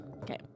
Okay